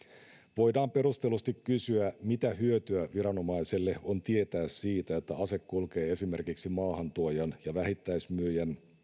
voidaan perustellusti kysyä mitä hyötyä viranomaiselle on tietää siitä että ase kulkee esimerkiksi maahantuojan ja vähittäismyyjän